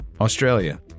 Australia